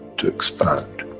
to expand.